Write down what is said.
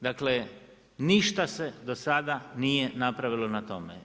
Dakle, ništa se do sada nije napravilo na tome.